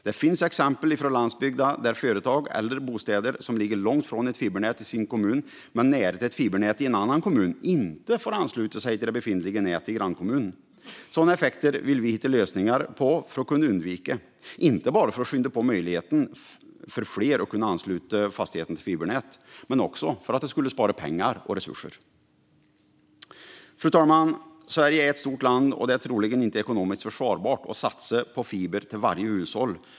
Det finns exempel från landsbygden där företag eller bostäder som ligger långt ifrån ett fibernät i sin kommun men har nära till ett fibernät i en annan kommun inte får ansluta sig till det befintliga nätet i grannkommunen. Sådana effekter vill vi hitta lösningar på för att kunna undvika - inte bara för att skynda på möjligheten för fler att kunna ansluta sin fastighet till fibernätet utan också för att det skulle spara pengar och resurser. Fru talman! Sverige är ett stort land, och det är troligen inte ekonomiskt försvarbart att satsa på fiber till varje hushåll.